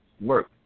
work